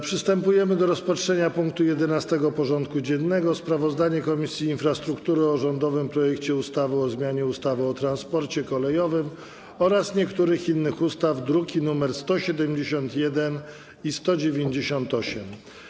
Przystępujemy do rozpatrzenia punktu 11. porządku dziennego: Sprawozdanie Komisji Infrastruktury o rządowym projekcie ustawy o zmianie ustawy o transporcie kolejowym oraz niektórych innych ustaw (druki nr 171 i 198)